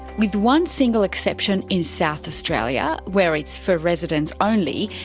with one single exception in south australia where it's for residents only,